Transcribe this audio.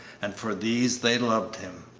and for these they loved him.